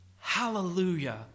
hallelujah